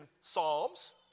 Psalms